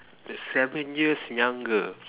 that's seven years younger